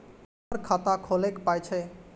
हमर खाता खौलैक पाय छै